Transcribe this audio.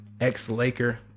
ex-Laker